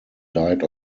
died